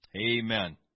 Amen